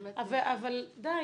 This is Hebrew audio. די,